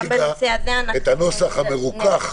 והוועדה הציגה את הנוסח המרוכך.